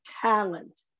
talent